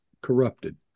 corrupted